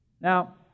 Now